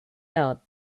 out